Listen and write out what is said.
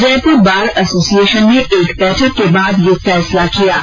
Jaipur bar association ने एक बैठक के बाद यह फैसला किया है